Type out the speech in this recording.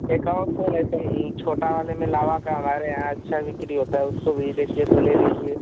एक और फोन है छोटा वाले में लावा का हमारे यहाँ अच्छा बिक्री होता है उसको भी देखिए तो ले लीजिए